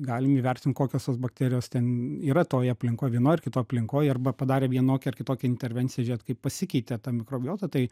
galim įvertint kokios tos bakterijos ten yra toj aplinkoj vienoj ar kitoj aplinkoj arba padarę vienokią ar kitokią intervenciją žiūrėt kaip pasikeitė ta mikrobiota tai